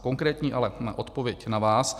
Konkrétní ale odpověď na vás.